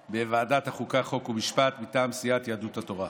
חוק ומשפט מטעם סיעת יהדות התורה.